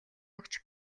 өгч